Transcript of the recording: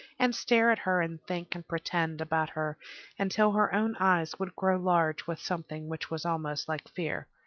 and stare at her and think and pretend about her until her own eyes would grow large with something which was almost like fear,